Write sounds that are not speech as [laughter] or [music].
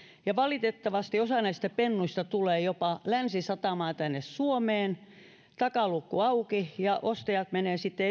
ja valitettavasti osa näistä pennuista tulee jopa tänne suomeen länsisatamaan takaluukku auki ja ostajat menevät sitten [unintelligible]